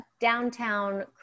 downtown